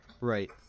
Right